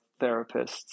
therapists